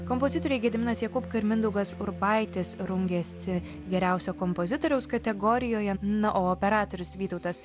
kompozitoriai gediminas jakubka ir mindaugas urbaitis rungėsi geriausio kompozitoriaus kategorijoje na o operatorius vytautas